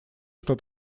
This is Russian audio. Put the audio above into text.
что